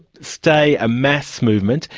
stay a mass movement,